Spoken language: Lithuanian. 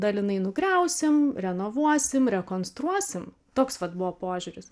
dalinai nugriausim renovuosim rekonstruosim toks vat buvo požiūris